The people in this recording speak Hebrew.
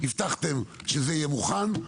הבטחתם שזה יהיה מוכן,